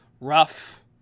rough